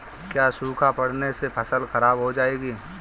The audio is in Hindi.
क्या सूखा पड़ने से फसल खराब हो जाएगी?